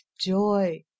joy